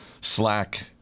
Slack